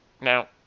now